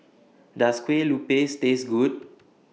Does Kue Lupis Taste Good